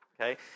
Okay